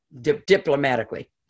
diplomatically